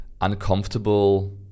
uncomfortable